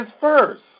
first